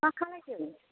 मा खालामदों